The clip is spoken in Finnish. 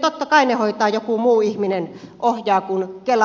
totta kai ohjaa joku muu ihminen kuin kelan henkilöt